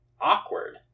awkward